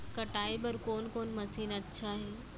कटाई बर कोन कोन मशीन अच्छा हे?